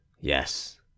Yes